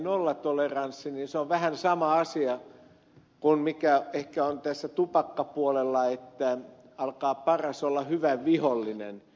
täydellinen nollatoleranssi on ehkä vähän sama asia kuin on tupakkapuolella että alkaa paras olla hyvän vihollinen